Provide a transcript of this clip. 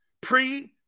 pre